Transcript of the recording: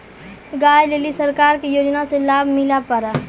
गाय ले ली सरकार के योजना से लाभ मिला पर?